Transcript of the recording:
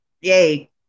Yay